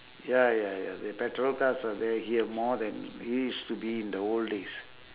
ya ya ya the petrol cars are they are here more than used to be in the old days